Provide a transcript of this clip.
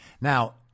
Now